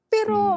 Pero